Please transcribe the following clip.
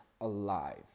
alive